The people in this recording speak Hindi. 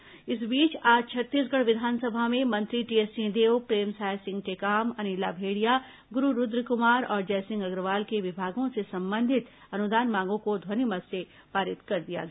विस अनुदान मांग इस बीच आज छत्तीसगढ़ विधानसभा में मंत्री टीएस सिंहदेव प्रेमसाय सिंह टेकाम अनिला भेंडिया गुरू रूद्रकुमार और जयसिंह अग्रवाल के विभागों से संबंधित अनुदान मांगों को ध्वनिमत से पारित कर दिया गया